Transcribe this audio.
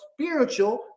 spiritual